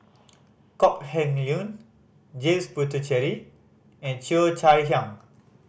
Kok Heng Leun James Puthucheary and Cheo Chai Hiang